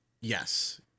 Yes